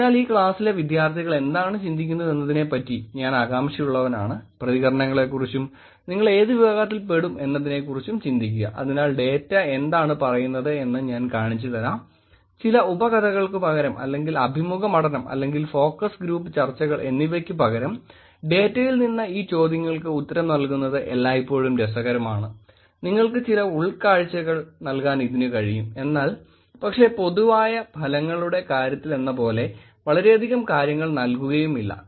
അതിനാൽ ഈ ക്ലാസ്സിലെ വിദ്യാർഥികൾ എന്താണ് ചിന്തിക്കുന്നതെന്നതിനെപ്പറ്റി ഞാൻ ആകാംഷയുള്ളവനാണ് പ്രതികരണങ്ങളെക്കുറിച്ചും നിങ്ങൾ ഏത് വിഭാഗത്തിൽ പെടും എന്നതിനെക്കുറിച്ചും ചിന്തിക്കുക എന്നാൽ ഡേറ്റ എന്താണ് പറയുന്നതെന്ന് ഞാൻ കാണിച്ചുതരാം ചില ഉപകഥകൾക്കുപകരം അല്ലെങ്കിൽ അഭിമുഖ പഠനം അല്ലെങ്കിൽ ഫോക്കസ് ഗ്രൂപ്പ് ചർച്ചകൾ എന്നിവയ്ക്ക് പകരം ഡാറ്റയിൽ നിന്ന് ഈ ചോദ്യങ്ങൾക്ക് ഉത്തരം നൽകുന്നത് എല്ലായ്പ്പോഴും രസകരമാണ് നിങ്ങൾക്ക് ചില നല്ല ഉൾക്കാഴ്ചകൾ നല്കാൻ ഇതിനു കഴിയും എന്നാൽ പക്ഷേ പൊതുവായ ഫലങ്ങളുടെ കാര്യത്തിലെപോലെ വളരെയധികം കാര്യങ്ങൾ നല്കുകയുമില്ല